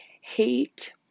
hate